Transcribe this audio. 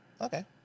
Okay